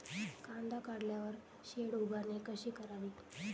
कांदा काढल्यावर शेड उभारणी कशी करावी?